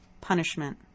punishment